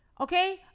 Okay